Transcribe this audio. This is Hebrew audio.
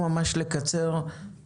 בבקשה לקצר,